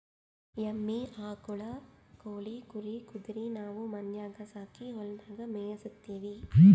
ಎಮ್ಮಿ ಆಕುಳ್ ಕೋಳಿ ಕುರಿ ಕುದರಿ ನಾವು ಮನ್ಯಾಗ್ ಸಾಕಿ ಹೊಲದಾಗ್ ಮೇಯಿಸತ್ತೀವಿ